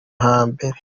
hambere